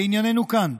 לעניינינו כאן,